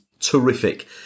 terrific